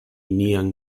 nian